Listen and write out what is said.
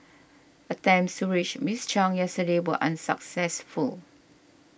attempts to reach Miss Chung yesterday were unsuccessful